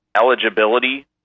Eligibility